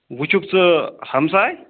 وۅنۍ چھُکھ ژٕ ہمساے